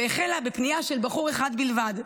והחלה מפנייה של בחור אחד בלבד.